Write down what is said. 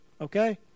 okay